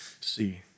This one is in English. see